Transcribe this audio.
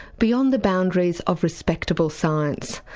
beyond the boundaries of respectable science,